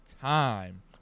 Time